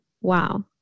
Wow